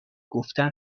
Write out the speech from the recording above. گفتن